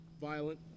violent